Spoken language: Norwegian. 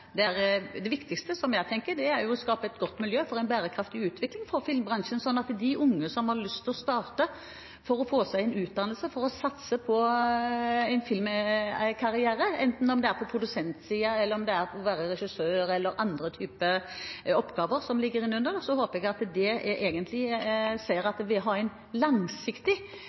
Det viktigste, tenker jeg, er å skape et godt miljø for en bærekraftig utvikling for filmbransjen, slik at de unge som har lyst til det, kan starte, få seg en utdannelse og satse på en filmkarriere, enten det er på produsentsiden, å være regissør eller andre typer oppgaver som ligger inn under dette. Jeg håper at man ser at det å ha en langsiktig bærekraftig utvikling av filmpolitikken i Norge er